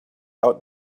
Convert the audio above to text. out